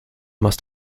must